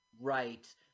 right